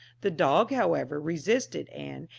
the dog, however, resisted, and,